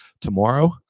tomorrow